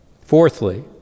Fourthly